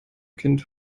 kind